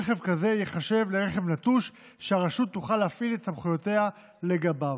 רכב כזה ייחשב לרכב נטוש והרשות תוכל להפעיל את סמכויותיה לגביו.